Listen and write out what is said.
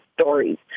stories